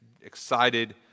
Excited